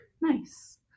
nice